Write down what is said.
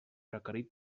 requerit